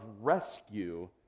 rescue